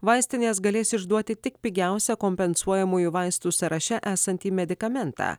vaistinės galės išduoti tik pigiausią kompensuojamųjų vaistų sąraše esantį medikamentą